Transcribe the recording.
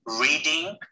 reading